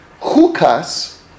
hukas